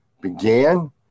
began